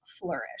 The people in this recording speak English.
flourish